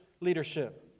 leadership